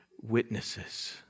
witnesses